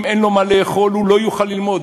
אם אין לו מה לאכול הוא לא יוכל ללמוד.